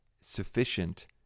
sufficient